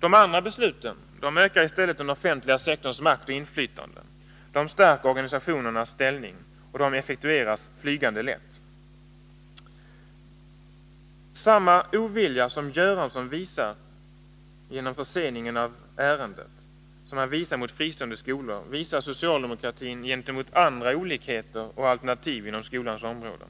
De andra besluten ökar i stället den offentliga sektorns makt och inflytande, de stärker organisationernas ställning, och de effektueras flygande lätt. Samma ovilja som herr Göransson visar mot fristående skolor genom förseningen av deras ärenden visar socialdemokratin gentemot andra avvikelser och alternativ inom skolans område.